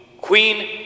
Queen